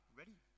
ready